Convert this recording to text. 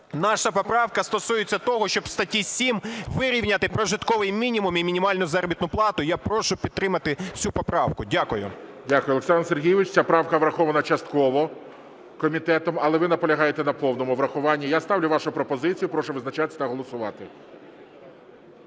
Наша поправка стосується того, щоб у статті 7 вирівняти прожитковий мінімум і мінімальну заробітну плату. Я прошу підтримати цю поправку. Дякую. ГОЛОВУЮЧИЙ. Дякую, Олександр Сергійович. Ця правка врахована частково комітетом, але ви наполягаєте на повному врахуванні. Я ставлю вашу пропозицію. Прошу визначатися та голосувати.